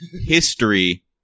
history